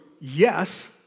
yes